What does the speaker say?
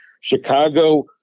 Chicago